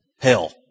hell